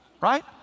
right